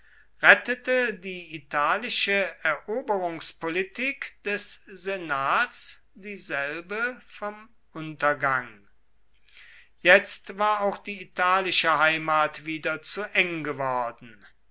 rettete die italische eroberungspolitik des senats dieselbe vom untergang jetzt war auch die italische heimat wieder zu eng geworden